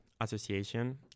association